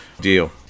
deal